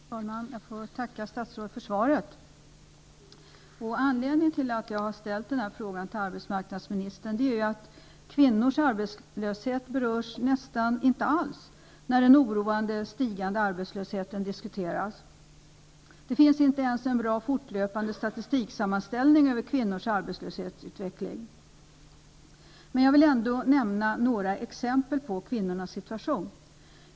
Herr talman! Jag får tacka statsrådet för svaret. Anledningen till att jag har ställt frågan till arbetsmarknadsministern är att kvinnors arbetslöshet nästan inte alls berörs när den oroande stigande arbetslösheten diskuteras. Det finns inte ens en bra fortlöpande statistik över kvinnors arbetslöshetsutveckling. Jag vill ändå lämna några exempel på kvinnors situation.